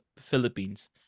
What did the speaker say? Philippines